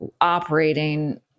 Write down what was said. operating